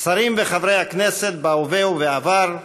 שרים וחברי הכנסת בהווה ובעבר,